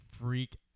freak